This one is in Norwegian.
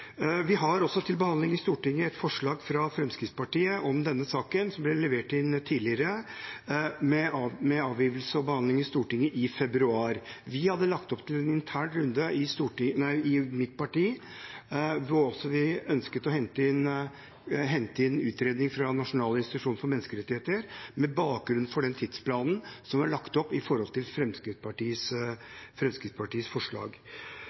Vi har også til behandling i Stortinget et forslag fra Fremskrittspartiet om denne saken som ble levert inn tidligere, med avgivelse og behandling i Stortinget i februar. Vi hadde lagt opp til en intern runde i mitt parti hvor vi også ønsket å hente inn utredning fra Norges nasjonale institusjon for menneskerettigheter med bakgrunn i den tidsplanen som var lagt opp med tanke på Fremskrittspartiets forslag.